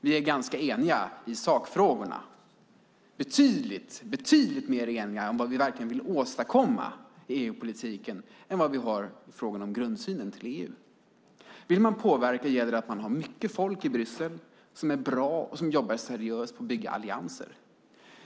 Vi är ganska eniga i sakfrågorna - betydligt mer eniga om vad vi verkligen vill åstadkomma i EU-politiken än i frågan om grundsynen på EU. Vill man påverka gäller det att man har mycket folk i Bryssel som är bra och som jobbar seriöst på att bygga allianser.